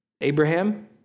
Abraham